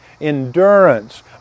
endurance